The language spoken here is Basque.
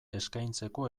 eskaintzeko